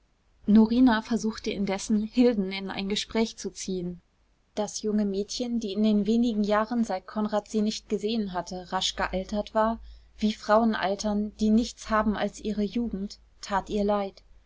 norina versuchte indessen hilden in ein gespräch zu ziehen das junge mädchen die in den wenigen jahren seit konrad sie nicht gesehen hatte rasch gealtert war wie frauen altern die nichts haben als ihre jugend tat ihr leid